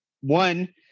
one